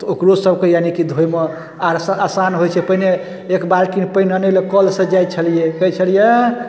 तऽ ओकरो सबके यानिकि धोयमे आसान होइ छै पहिने एक बाल्टिन पानि अनै लऽ कलसँ जाइ छलियै कहै छलियै